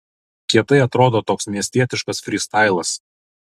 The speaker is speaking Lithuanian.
kietai atrodo toks miestietiškas frystailas